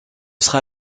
sera